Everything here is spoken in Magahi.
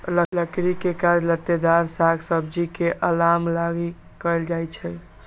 लकड़ी के काज लत्तेदार साग सब्जी के अलाम लागी कएल जाइ छइ